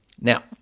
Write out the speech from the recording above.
Now